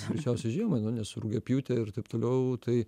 greičiausia žiemą nu nes rugiapjūtė ir taip toliau tai